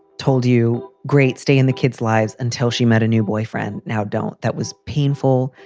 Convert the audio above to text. told you. great, stay in the kids lives until she met a new boyfriend. now, don't. that was painful.